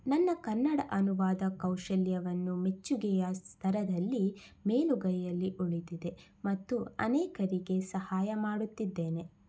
ನನ್ನ ಕನ್ನಡ ಅನುವಾದ ಕೌಶಲ್ಯವನ್ನು ಮೆಚ್ಚುಗೆಯ ಸ್ತರದಲ್ಲಿ ಮೇಲುಗೈಯಲ್ಲಿ ಉಳಿದಿದೆ ಮತ್ತು ಅನೇಕರಿಗೆ ಸಹಾಯ ಮಾಡುತ್ತಿದ್ದೇನೆ